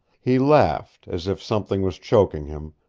he laughed, as if something was choking him,